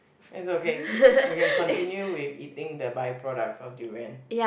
that's okay we can continue with eating the by products of durian